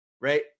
right